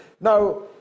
Now